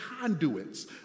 conduits